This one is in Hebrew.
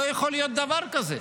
לא יכול להיות דבר כזה.